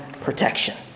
protection